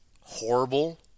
horrible